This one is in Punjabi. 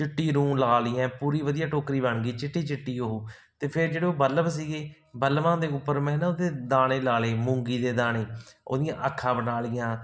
ਚਿੱਟੀ ਰੂੰ ਲਾ ਲਈ ਐਂ ਪੂਰੀ ਵਧੀਆ ਟੋਕਰੀ ਬਣ ਗਈ ਚਿੱਟੀ ਚਿੱਟੀ ਉਹ ਅਤੇ ਫਿਰ ਜਿਹੜੇ ਉਹ ਬਲਬ ਸੀਗੇ ਬਲਬਾਂ ਦੇ ਉੱਪਰ ਮੈਂ ਨਾ ਉਹਦੇ ਦਾਣੇ ਲਾ ਲਏ ਮੂੰਗੀ ਦੇ ਦਾਣੇ ਉਹਦੀਆਂ ਅੱਖਾਂ ਬਣਾ ਲਈਆਂ